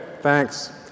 thanks